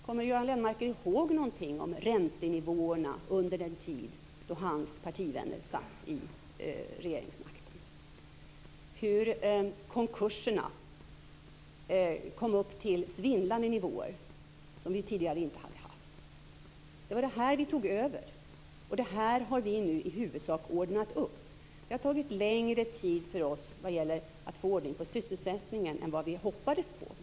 Kommer Göran Lennmarker ihåg någonting av räntenivåerna under den tid då hans partivänner innehade regeringsmakten? Minns han hur antalet konkurser uppgick till sådana svindlande nivåer som vi tidigare inte hade haft? Det var detta som vi tog över och som vi nu i huvudsak har ordnat upp. Det tog längre tid att få ordning på sysselsättningen än vad vi hoppades.